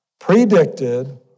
predicted